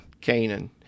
canaan